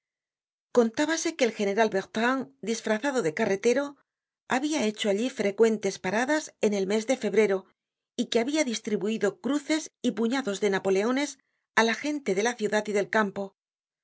delfines contábase que el general bertrand disfrazado de carretero habia hecho allí frecuentes paradas en el mes de febrero y que habia distribuido cruces y puñados de napoleones á la gente de la ciudad y del campo